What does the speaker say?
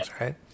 right